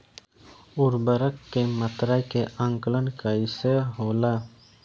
उर्वरक के मात्रा के आंकलन कईसे होला?